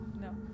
No